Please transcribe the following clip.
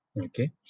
okay